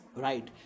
right